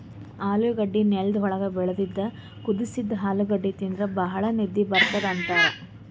ಆಲೂಗಡ್ಡಿ ನೆಲ್ದ್ ಒಳ್ಗ್ ಬೆಳಿತದ್ ಕುದಸಿದ್ದ್ ಆಲೂಗಡ್ಡಿ ತಿಂದ್ರ್ ಭಾಳ್ ನಿದ್ದಿ ಬರ್ತದ್ ಅಂತಾರ್